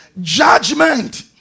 Judgment